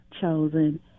chosen